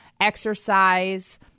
exercise